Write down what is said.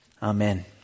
Amen